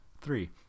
Three